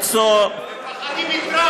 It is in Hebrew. חבר הכנסת חיים ילין,